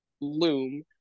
loom